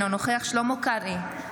אינו נוכח שלמה קרעי,